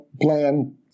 plan